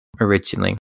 originally